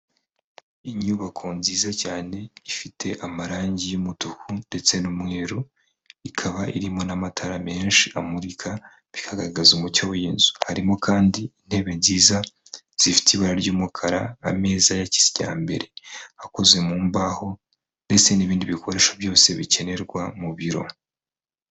Inyubako nziza cyane ifite amarangi y'umutuku ndetse n'umweru, ikaba irimo n'amatara menshi amurika bikagaragaza umucyo w'iy'inzu, harimo kandi intebe nziza zifite ibara ry'umukara, ameza ya kijyambere akoze mu mbaho ndetse n'ibindi bikoresho byose bikenerwa mu biro.